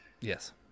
yes